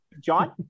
John